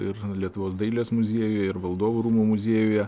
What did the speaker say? ir lietuvos dailės muziejuje ir valdovų rūmų muziejuje